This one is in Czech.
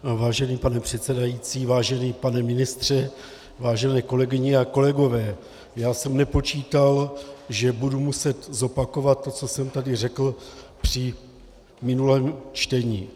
Vážený pane předsedající, vážený pane ministře, vážené kolegyně a kolegové, nepočítal jsem, že budu muset zopakovat to, co jsem tady řekl při minulém čtení.